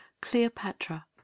Cleopatra